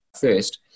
first